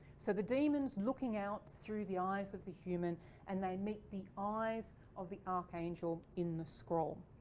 so the demon's looking out through the eyes of the human and they meet the eyes of the archangel in the scroll.